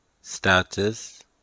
status